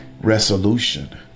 resolution